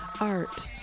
art